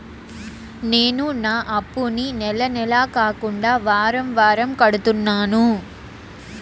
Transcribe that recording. నేను నా అప్పుని నెల నెల కాకుండా వారం వారం కడుతున్నాను